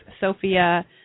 Sophia